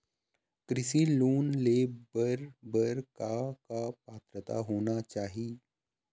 कृषि लोन ले बर बर का का पात्रता होना चाही?